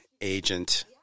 agent